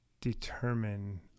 determine